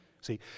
See